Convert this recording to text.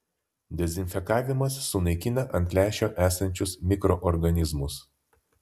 dezinfekavimas sunaikina ant lęšio esančius mikroorganizmus